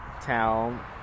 town